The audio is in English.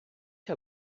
her